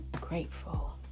grateful